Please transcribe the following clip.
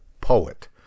poet